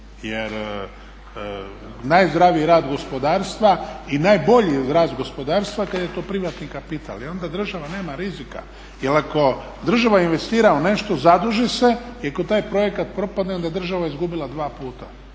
Jer najzdraviji rad gospodarstva i najbolji rast gospodarstva kad je to privatni kapital. I onda država nema rizika. Jel ako država investira u nešto, zaduži se i kad taj projekt propadne onda je država izgubila dva puta.